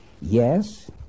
Yes